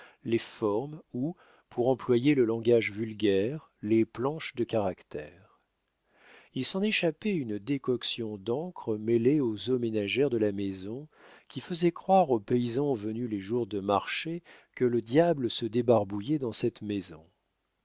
les formes ou pour employer le langage vulgaire les planches de caractères il s'en échappait une décoction d'encre mêlée aux eaux ménagères de la maison qui faisait croire aux paysans venus les jours de marché que le diable se débarbouillait dans cette maison